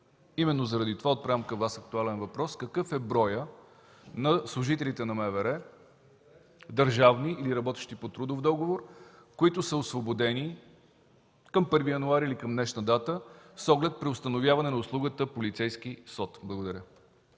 договор. Затова отправям към Вас актуалния въпрос: какъв е броят на служителите на МВР – държавни служители или работещи по трудов договор, които са освободени към 1 януари или към днешна дата, с оглед преустановяване на услугата полицейски СОД? Благодаря.